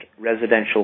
residential